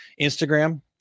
Instagram